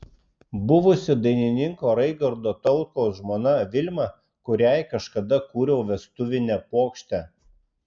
buvusi dainininko raigardo tautkaus žmona vilma kuriai kažkada kūriau vestuvinę puokštę